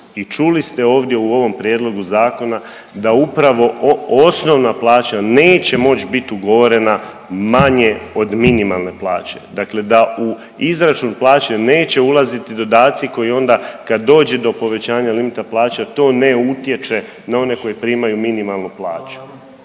i čuli ste ovdje u ovom prijedlogu zakona da upravo osnovna plaća neće moć bit ugovorena manje od minimalne plaće, dakle da u izračun plaće neće ulazit dodaci koji onda kad dođe do povećanja limita plaće to ne utječe na one koji primaju minimalnu plaću.